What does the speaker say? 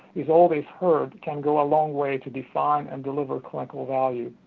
is always heard, can go a long way to define and deliver clinical value.